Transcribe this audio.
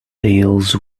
deals